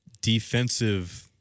defensive